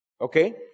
Okay